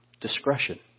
Discretion